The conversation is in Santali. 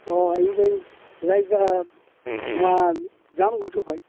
ᱚ ᱤᱧᱫᱚᱧ ᱞᱟᱹᱭᱮᱫᱟ ᱱᱚᱣᱟ ᱡᱟᱢ ᱜᱷᱩᱴᱩ ᱠᱷᱚᱡ